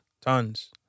Tons